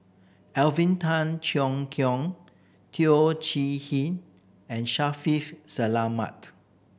Alvin Tan Cheong Kheng Teo Chee Hean and Shaffiq Selamat